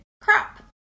crap